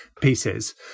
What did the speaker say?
pieces